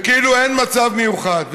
וכאילו אין מצב מיוחד.